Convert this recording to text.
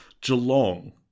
Geelong